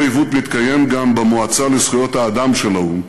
אותו עיוות מתקיים גם במועצה לזכויות האדם של האו"ם,